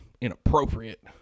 inappropriate